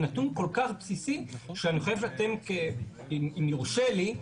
זה נתון כל כך בסיסי שאני חושב שאתם, אם יורשה לי,